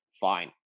fine